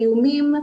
איומים,